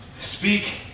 speak